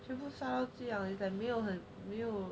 全部烧鸡 is like 没有很没有